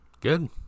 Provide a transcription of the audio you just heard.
Good